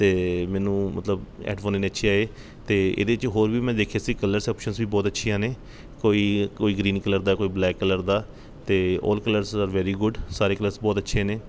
ਅਤੇ ਮੈਨੂੰ ਮਤਲਬ ਹੈਡਫੋਨ ਇੰਨੇ ਅੱਛੇ ਆਏ ਅਤੇ ਇਹਦੇ 'ਚ ਹੋਰ ਵੀ ਮੈਂ ਦੇਖੇ ਸੀ ਕਲਰਸ ਓਪਸ਼ਨਸ ਵੀ ਬਹੁਤ ਅੱਛੀਆਂ ਨੇ ਕੋਈ ਕੋਈ ਗ੍ਰੀਨ ਕਲਰ ਦਾ ਕੋਈ ਬਲੈਕ ਕਲਰ ਦਾ ਅਤੇ all colours are very good ਸਾਰੇ ਕਲਰਸ ਬਹੁਤ ਅੱਛੇ ਨੇ